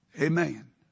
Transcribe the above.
Amen